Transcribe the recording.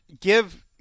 Give